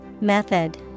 Method